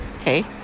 Okay